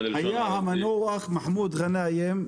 ללשון --- היה המנוח מחמוד גנאים,